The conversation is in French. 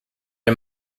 les